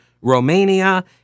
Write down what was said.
Romania